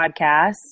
podcast